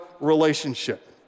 relationship